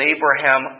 Abraham